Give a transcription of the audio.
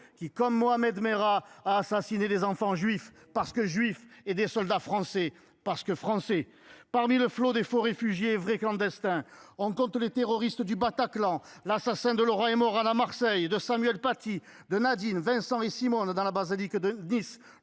tel Mohammed Merah, qui a assassiné des enfants juifs, parce que juifs, et des soldats français, parce que français ! Parmi le flot des faux réfugiés et vrais clandestins, on compte les terroristes du Bataclan, l’assassin de Laura et de Mauranne à Marseille, de Samuel Paty, de Nadine, de Vincent et de Simone dans la basilique de Nice,